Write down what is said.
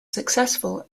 successful